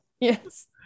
Yes